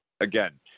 Again